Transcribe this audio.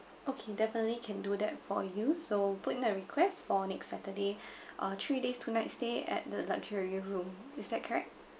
okay definitely can do that for you so put in the request for next saturday uh three days two nights stay at the luxury room is that correct